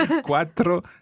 Quattro